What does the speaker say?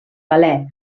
galè